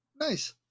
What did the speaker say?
Nice